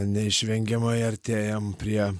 neišvengiamai artėjam prie